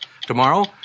Tomorrow